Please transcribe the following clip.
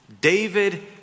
David